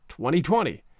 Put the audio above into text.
2020